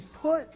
put